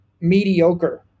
mediocre